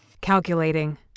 Calculating